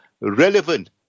Relevant